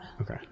Okay